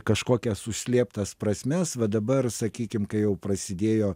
kažkokias užslėptas prasmes va dabar sakykim kai jau prasidėjo